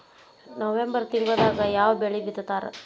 November ತಿಂಗಳದಾಗ ಯಾವ ಬೆಳಿ ಬಿತ್ತತಾರ?